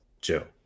Joe